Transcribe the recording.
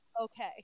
Okay